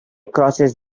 crosses